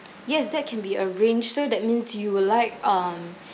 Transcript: yes that can be arranged so that means you would like um